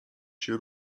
się